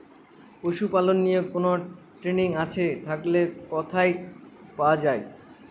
পশুপালন নিয়ে কোন ট্রেনিং আছে থাকলে কোথায় পাওয়া য়ায়?